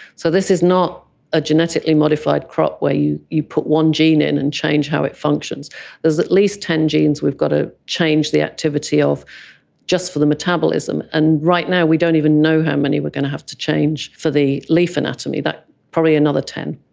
so this is not a genetically modified crop where you you put one gene in and change how it functions, there is at least ten genes we've got to change the activity of just for the metabolism, and right now we don't even know how many we're going to have to change for the leaf anatomy, probably another ten.